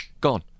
gone